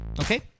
Okay